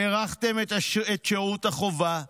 הארכתם את שירות החובה,